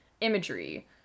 imagery